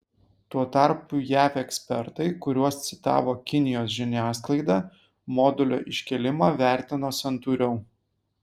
tuo tarpu jav ekspertai kuriuos citavo kinijos žiniasklaida modulio iškėlimą vertino santūriau